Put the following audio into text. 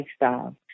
lifestyle